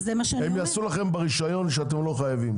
הם יעשו לכם ברישיון שאתם לא חייבים,